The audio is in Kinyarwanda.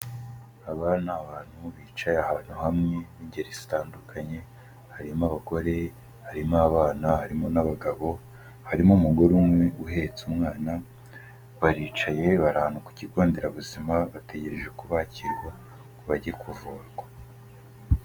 Aba ni abantu bicaye ahantu hamwe b'ingeri zitandukanye, harimo abagore, harimo abana harimo n'abagabo, harimo umugore umwe uhetse umwana baricaye bari ahantu ku kigo nderabuzima bategereje ko bakirwa ngo bajye kuvurwa.